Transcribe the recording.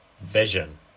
vision